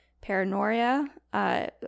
paranoia